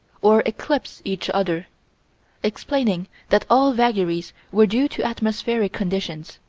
or eclipse each other explaining that all vagaries were due to atmospheric conditions.